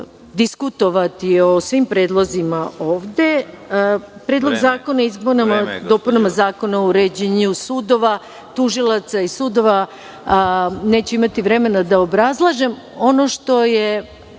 diskutovati o svim predlozima ovde, Predlog zakona o izmenama i dopunama zakona o uređenju tužilaca i sudova, neću imati vremena da obrazlažem. Ono što je